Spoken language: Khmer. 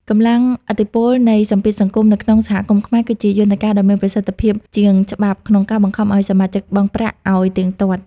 កម្លាំងឥទ្ធិពលនៃ "សម្ពាធសង្គម" នៅក្នុងសហគមន៍ខ្មែរ គឺជាយន្តការដ៏មានប្រសិទ្ធភាពជាងច្បាប់ ក្នុងការបង្ខំឱ្យសមាជិកបង់ប្រាក់ឱ្យទៀងទាត់។